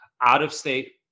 out-of-state